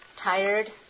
Tired